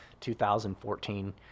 2014